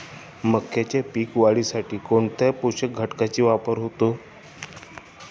मक्याच्या पीक वाढीसाठी कोणत्या पोषक घटकांचे वापर होतो?